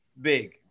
big